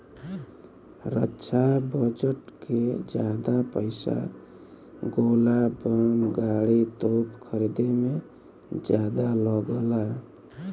रक्षा budget के जादा पइसा गोला बम गाड़ी, तोप खरीदे में जादा लगला